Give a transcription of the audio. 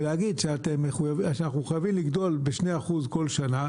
ולהיגד שאנחנו מחויבים לגדול ב-2% בכל שנה,